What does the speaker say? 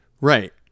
Right